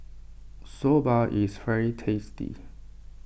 Soba is very tasty